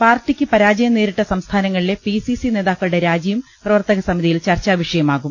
പാർട്ടിക്ക് പരാജയം നേരിട്ട സംസ്ഥാനങ്ങളിലെ പിസിസി നേതാക്കളുടെ രാജിയും പ്രവർത്തകസമിതിയിൽ ചർച്ചാവിഷയമാകും